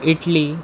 Italy